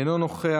אינו נוכח,